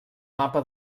mapa